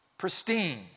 pristine